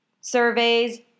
surveys